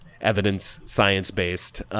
evidence-science-based